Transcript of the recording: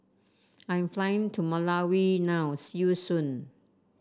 I am flying to Malawi now see you soon